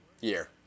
year